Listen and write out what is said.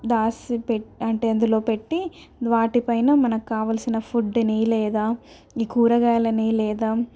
దాచిపెట్టి అంటే అందులో పెట్టి వాటిపైన మనకి కావలసిన ఫుడ్డునీ లేదా ఈ కూరగాయలని లేదా